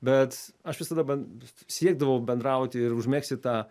bet aš ban siekdavau bendrauti ir užmegzti tą